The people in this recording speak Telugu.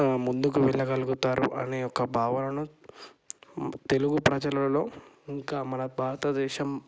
ముందుకు వెళ్ళగలుగుతారు అనే ఒక భావనను తెలుగు ప్రజలలో ఇంకా మన భారతదేశం